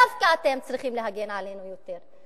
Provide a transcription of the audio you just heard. דווקא אתם צריכים להגן עלינו יותר,